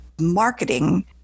marketing